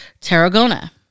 Tarragona